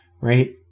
Right